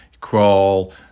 crawl